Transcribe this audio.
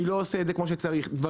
מי לא עושה את זה כמו שצריך -- רגע,